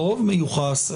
לא מיוחס,